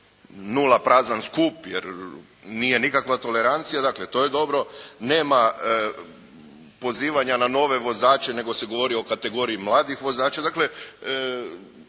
nula prazan skup, jer nije nikakva tolerancija, dakle to je dobro. Nema pozivanja na nove vozače nego se govori o kategoriji mladih vozača. Dakle